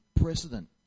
precedent